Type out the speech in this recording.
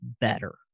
better